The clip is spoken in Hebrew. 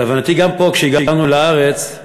להבנתי, גם פה, כשהגענו לארץ,